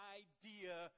idea